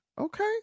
Okay